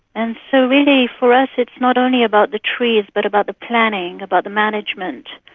and so really for us it's not only about the trees but about the planning, about the management.